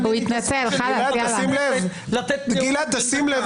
הוועדה לבחינת הרכב משרד האוצר,